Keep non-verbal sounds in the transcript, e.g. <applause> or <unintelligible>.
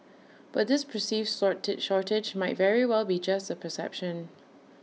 but this perceived <unintelligible> shortage might very well be just A perception